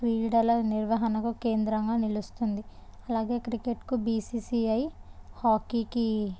క్రీడల నిర్వహణకు కేంద్రంగా నిలుస్తుంది అలాగే క్రికెట్కు బీసిసిఐ హాకీకి